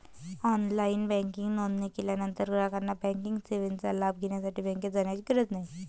online banking नोंदणी केल्यानंतर ग्राहकाला बँकिंग सेवेचा लाभ घेण्यासाठी बँकेत जाण्याची गरज नाही